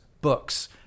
books